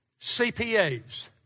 CPAs